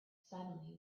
suddenly